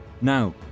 Now